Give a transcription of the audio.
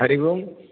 हरिः ओम्